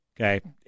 Okay